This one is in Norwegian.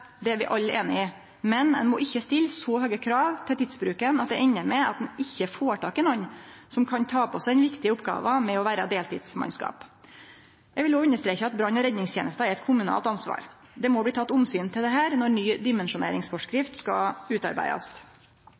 det er vi alle einige i – men ein må ikkje stille så høge krav til tidsbruken at det endar med at ein ikkje får tak i nokon som kan ta på seg den viktige oppgåva med å vere deltidsmannskap. Eg vil òg understreke at brann- og redningstenesta er eit kommunalt ansvar. Det må bli teke omsyn til dette når ny dimensjoneringsforskrift skal utarbeidast.